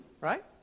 right